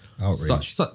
Outrage